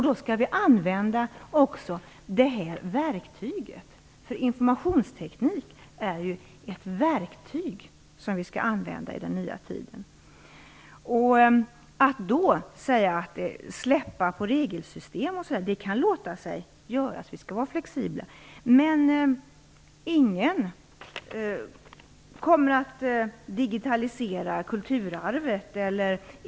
Då skall vi använda också det här verktyget, för informationsteknik är ju ett verktyg som vi skall använda i den nya tiden. Att släppa på regelsystem och sådant kan låta sig göras, vi skall vara flexibla, men ingen kommer att digitalisera kulturarvet.